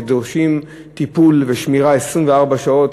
שדורשים טיפול ושמירה 24 שעות.